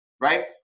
right